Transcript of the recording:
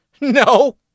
No